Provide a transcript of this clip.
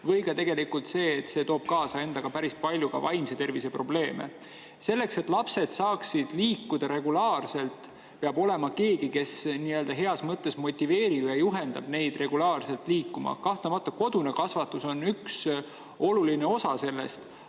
või ka tegelikult see, et see toob endaga kaasa päris palju vaimse tervise probleeme. Selleks, et lapsed saaksid liikuda regulaarselt, peab olema keegi, kes nii‑öelda heas mõttes motiveerib ja juhendab neid regulaarselt liikuma. Kahtlemata kodune kasvatus on üks oluline osa selles,